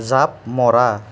জাপ মৰা